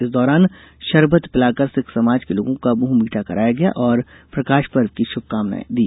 इस दौरान शरबत पिलाकर सिख समाज के लोगों का मुंह मीठा कराया गया और प्रकाश पर्व की शुभकामनाएं दी